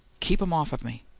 keep them off of me!